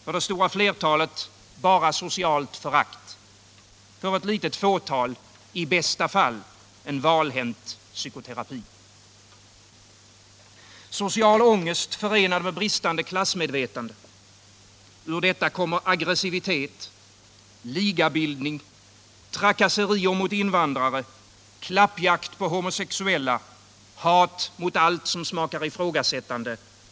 För de flesta bara socialt förakt. För ett litet fåtal i bästa fall en valhänt psykoterapi. Social ångest förenad med bristande klassmedvetande — ur detta kommer agressivitet, ligabildning, trakasserier mot invandrare, klappjakt på homosexuella, hat mot allt som smakar ifrågasättande.